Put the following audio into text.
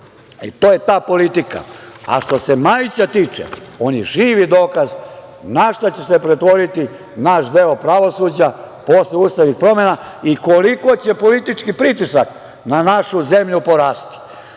To je ta politika. Što se Majića tiče, on je živi dokaz u šta će se pretvoriti naš deo pravosuđa posle ustavnih promena i koliko će politički pritisak na našu zemlju porasti,